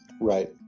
Right